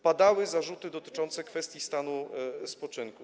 Padały zarzuty dotyczące kwestii stanu spoczynku.